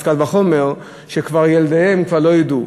אז קל וחומר שילדיהם כבר לא ידעו.